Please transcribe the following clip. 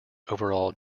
overall